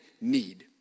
need